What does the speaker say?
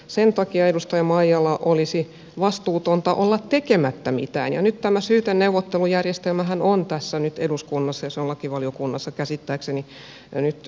sen takia edustaja maijala olisi vastuutonta olla tekemättä mitään ja nyt tämä syyteneuvottelujärjestelmähän on tässä eduskunnassa ja se on lakivaliokunnassa käsittääkseni jo nyt käsittelyn alla